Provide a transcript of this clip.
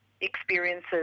experiences